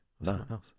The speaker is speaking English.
No